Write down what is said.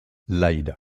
lieder